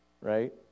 right